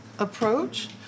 approach